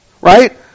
right